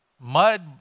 mud